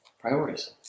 Priorities